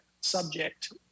subject